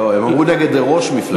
לא, הם אמרו נגד ראש מפלגה.